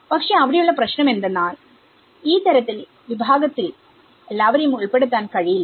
പക്ഷേ അവിടെയുള്ള പ്രശ്നം എന്തെന്നാൽ ഈ തരത്തിലുള്ള വിഭാഗത്തിൽ എല്ലാവരെയും ഉൾപ്പെടുത്താൻ കഴിയില്ല